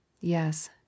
yes